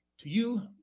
to you,